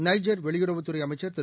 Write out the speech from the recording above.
Niger வெளியுறவுத்துறை அமைச்சா் திரு